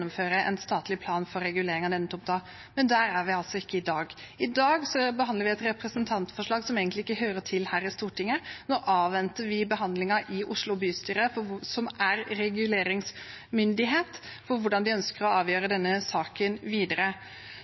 en statlig plan for regulering av denne tomten? Men der er vi altså ikke i dag. I dag behandler vi et representantforslag som egentlig ikke hører hjemme her i Stortinget. Nå avventer vi behandlingen i Oslo bystyre, som er reguleringsmyndighet, og hvordan de ønsker å avgjøre denne saken videre.